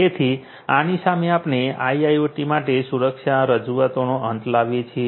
તેથી આની સાથે આપણે આઇઆઈઓટી માટે સુરક્ષા રજૂઆતનો અંત લાવીએ છીએ